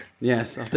Yes